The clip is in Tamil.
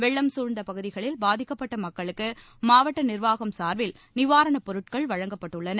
வெள்ளம் சூழ்ந்த பகுதிகளில் பாதிக்கப்பட்ட மக்களுக்கு மாவட்ட நிர்வாகம் சார்பில் நிவாரணப் பொருட்கள் விநியோகிக்கப்படுகின்றன